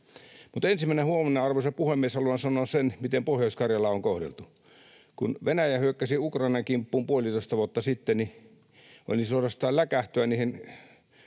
Mutta ensimmäisenä huomiona, arvoisa puhemies, haluan sanon sen, miten Pohjois-Karjalaa on kohdeltu. Kun Venäjä hyökkäsi Ukrainan kimppuun puolitoista vuotta sitten, niin olin suorastaan läkähtyä niihin